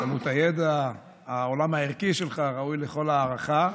כמות הידע, העולם הערכי שלך, ראוי לכל הערכה.